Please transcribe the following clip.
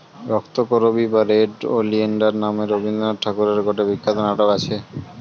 রক্তকরবী বা red oleander নামে রবীন্দ্রনাথ ঠাকুরের গটে বিখ্যাত নাটক আছে